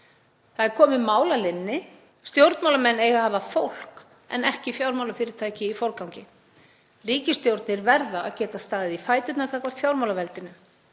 Það er komið mál að linni. Stjórnmálamenn eiga að hafa fólk en ekki fjármálafyrirtæki í forgangi. Ríkisstjórnir verða að geta staðið í fæturna gagnvart fjármálaveldinu.